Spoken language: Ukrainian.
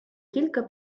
кілька